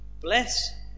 bless